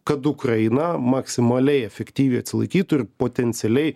kad ukraina maksimaliai efektyviai atsilaikytų ir potencialiai